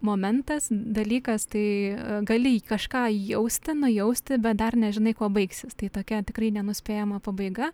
momentas dalykas tai gali kažką jausti nujausti bet dar nežinai kuo baigsis tai tokia tikrai nenuspėjama pabaiga